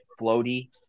floaty